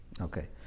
Okay